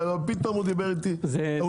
ופתאום הוא דיבר על המיסוי.